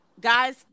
guys